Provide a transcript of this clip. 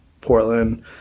portland